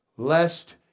lest